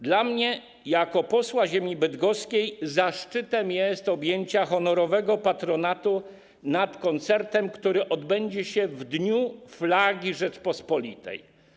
Dla mnie jako posła ziemi bydgoskiej zaszczytem jest objęcie honorowego patronatu nad koncertem, który odbędzie się w Dniu Flagi Rzeczypospolitej.